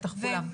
כולם.